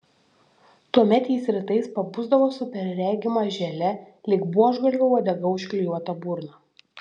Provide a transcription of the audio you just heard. tuomet jis rytais pabusdavo su perregima želė lyg buožgalvio uodega užklijuota burna